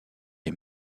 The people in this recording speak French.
est